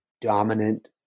dominant